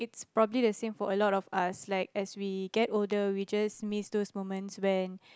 it's probably the same for a lot of us like as we get older we just miss those moments when